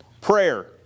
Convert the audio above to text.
prayer